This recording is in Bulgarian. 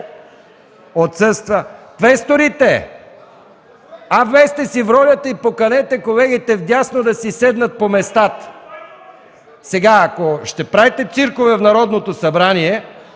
отсъства. Квесторите, влезте си в ролята и поканете колегите вдясно да си седнат по местата! Ако ще правите циркове в Народното събрание